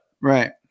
Right